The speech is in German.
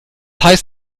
heißt